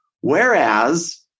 whereas